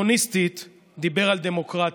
קומוניסטית דיבר על דמוקרטיה.